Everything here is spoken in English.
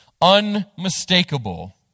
Unmistakable